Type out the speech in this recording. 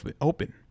open